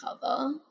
cover